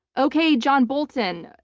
okay, john bolton.